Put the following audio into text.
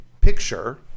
picture